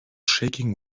shaking